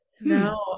No